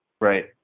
Right